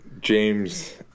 James